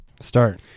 Start